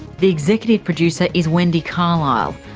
the executive producer is wendy carlisle.